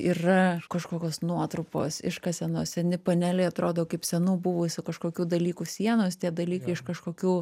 yra kažkokios nuotrupos iškasenos seni paneliai atrodo kaip senų buvusių kažkokių dalykų sienos tie dalykai iš kažkokių